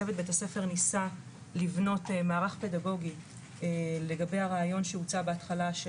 צוות בית הספר ניסה לבנות מערך פדגוגי לגבי הרעיון שהוצע בהתחלה,